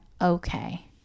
okay